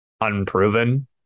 unproven